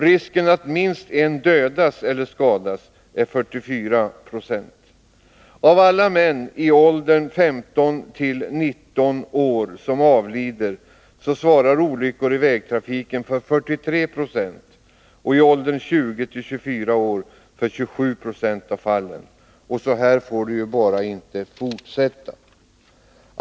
Risken att minst en dödas eller skadas är 44 96.” Så här får det bara inte fortsätta.